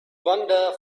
wandered